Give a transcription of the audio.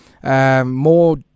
More